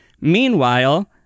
Meanwhile